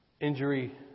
Injury